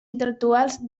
intel·lectuals